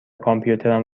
کامپیوترم